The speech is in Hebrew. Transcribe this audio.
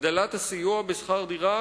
הגדלת הסיוע בשכר דירה,